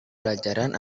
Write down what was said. pelajaran